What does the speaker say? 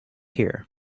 here